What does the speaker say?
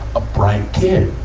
a bright kid.